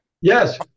yes